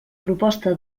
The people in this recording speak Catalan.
proposta